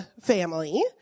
family